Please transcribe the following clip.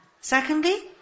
Secondly